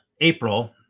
April